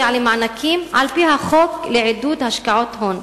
למענקים על-פי החוק לעידוד השקעות הון.